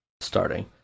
starting